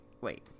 Wait